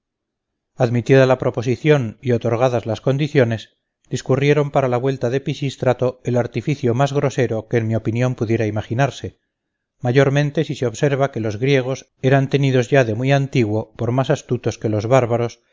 admitida la proposición y otorgadas las condiciones discurrieron para la vuelta de pisístrato el artificio más grosero que en mi opinión pudiera imaginarse mayormente si se observa que los griegos eran tenidos ya de muy antiguo por más astutos que los bárbaros